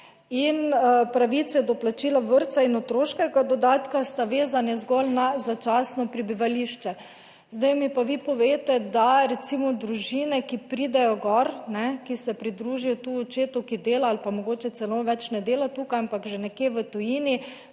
in pravici do plačila vrtca in otroškega dodatka sta vezani zgolj na začasno prebivališče. Zdaj mi pa vi povejte, da recimo družine, ki pridejo gor, ne, ki se pridružijo tu očetu, ki dela ali pa mogoče celo več ne dela tukaj, ampak že nekje v tujini,